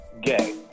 gay